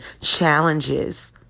challenges